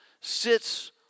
sits